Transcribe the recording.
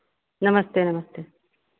नमस्ते नमस्ते